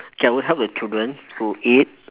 okay I will help the children to eat